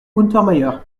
untermaier